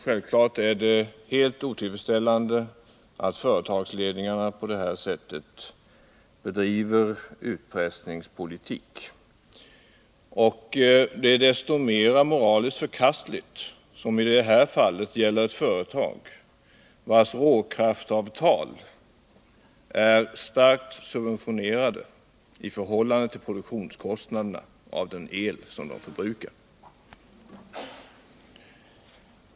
Självfallet är det helt otillfredsställande att företagsledningarna på det här sättet bedriver utpressningspolitik. Det är desto mer moraliskt förkastligt som det i det här fallet gäller ett företag vars råkraftsavtal är starkt subventionerat i förhållande till kostnaderna för produktionen av den el som företaget förbrukar.